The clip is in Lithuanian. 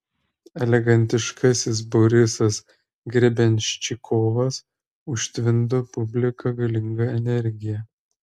elegantiškasis borisas grebenščikovas užtvindo publiką galinga energija